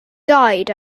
died